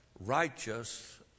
Righteous